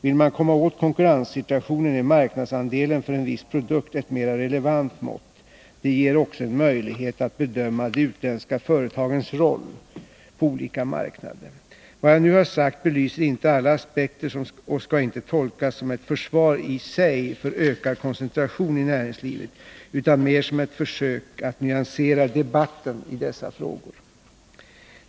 Vill man komma åt konkurrenssituationen är marknadsandelen för en viss produkt ett mer relevant mått. Det ger också en möjlighet att bedöma de utländska företagens roll på olika marknader. Vad jag nu har sagt belyser inte alla aspekter och skall inte tolkas som ett försvar i sig för ökad koncentration i näringslivet utan mer som ett försök att nyansera debatten i dessa frågor.